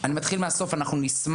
אני מתחיל מהסוף אנחנו נשמח,